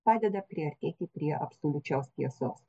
padeda priartėti prie absoliučios tiesos